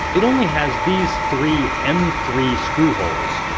it only has these three m three screw holes.